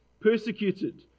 Persecuted